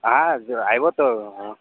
હા જ અવ્યો તો હં